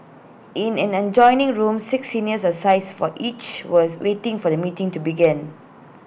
in an adjoining room six senior asides for each was waiting for the meeting to begin